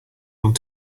want